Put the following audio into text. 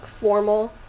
formal